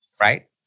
right